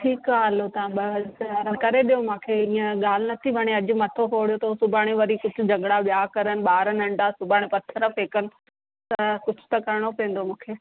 ठीकु आहे हलो तव्हां अ ॿ हज़ार करे ॾियो मूंखे हीअ ॻाल्हि नथी वणे अॼु मथो फोड़ियो अथऊं सुभाणे वरी कुझु झॻड़ा ॿिया करनि ॿार नंंढा सुभाणि पथर फेकनि त कुझु त करिणो पवंदो मूंखे